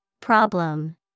Problem